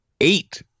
Eight